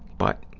but,